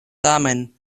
tamen